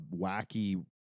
wacky